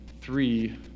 three